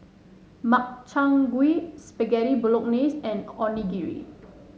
Makchang Gui Spaghetti Bolognese and Onigiri